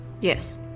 Yes